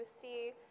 see